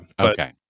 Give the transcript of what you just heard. okay